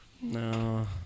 No